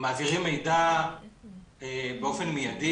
מעבירים מידע באופן מיידי.